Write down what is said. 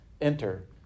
enter